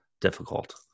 difficult